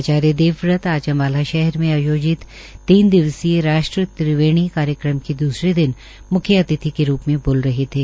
आचार्य देवव्रत आज अम्बाला शहर में आयोजित तीन दिवसीय राष्ट्र त्रिवेणी कार्यक्रम के द्रसरे दिन म्ख्य अतिथि के रूप में बोल रहे थे